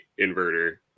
inverter